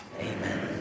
Amen